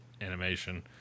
animation